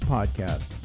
Podcast